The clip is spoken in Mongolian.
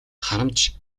харамч